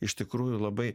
iš tikrųjų labai